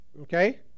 Okay